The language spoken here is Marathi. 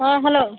हं हॅलो